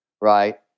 right